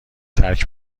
ترک